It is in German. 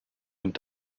nimmt